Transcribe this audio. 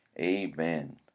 Amen